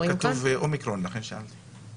לא כתוב אומיקרון, לכן שאלתי.